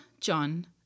John